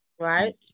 Right